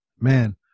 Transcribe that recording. man